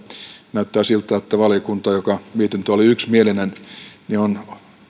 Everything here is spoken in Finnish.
näyttää siltä että valiokunta jonka mietintö oli yksimielinen on